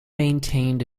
maintained